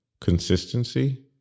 consistency